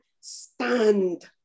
stand